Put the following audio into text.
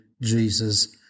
Jesus